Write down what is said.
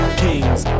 kings